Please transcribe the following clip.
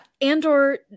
Andor